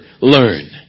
learn